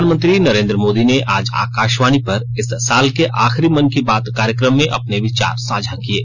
प्रधानमंत्री नरेंद्र मोदी ने आज आकाशवाणी पर इस साल के आखिरी मन की बात कार्यक्रम में अपने विचार साझा किये